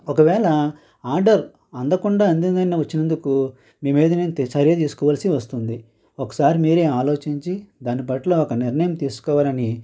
ఒకవేళ ఆర్డర్ అందకుండా అందింది అని వచ్చినందుకు మీ మీద నేను చర్య తీసుకోవాల్సి వస్తుంది ఒకసారి మీరే ఆలోచించి దానిపట్ల ఒక నిర్ణయం తీసుకోవాలని